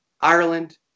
Ireland